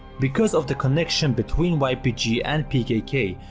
because of the connection between ypg and pkk,